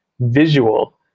visual